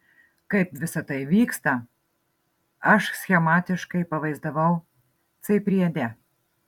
kaip visa tai vyksta aš schematiškai pavaizdavau c priede